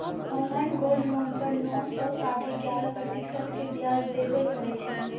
online gold loan पर नौ सं साढ़े ग्यारह प्रतिशत के ब्याज देबय पड़ै छै